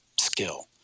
skill